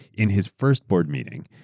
in his first board meeting,